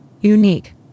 unique